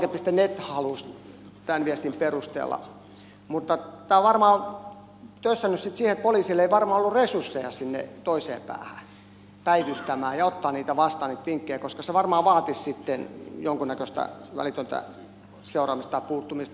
net halusi tämän viestin perusteella mutta tämä on varmaan tössännyt sitten siihen että poliisilla ei ole ollut resursseja sinne toiseen päähän päivystämään ja ottamaan vastaan niitä vinkkejä koska se varmaan vaatisi sitten jonkunnäköistä välitöntä seuraamista ja puuttumista